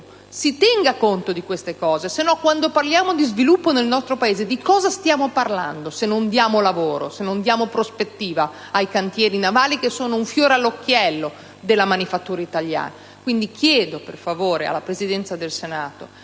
si tenga conto di queste cose, altrimenti quando parliamo di sviluppo nel nostro Paese di cosa stiano parlando se non diamo lavoro e non diamo prospettive ai cantieri navali, che sono un fiore all'occhiello della manifattura italiana? Chiedo dunque, per favore, alla Presidenza del Senato